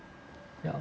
yup